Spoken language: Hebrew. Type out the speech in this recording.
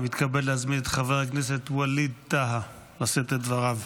אני מתכבד להזמין את חבר הכנסת ווליד טאהא לשאת את דבריו.